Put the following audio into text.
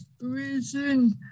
reason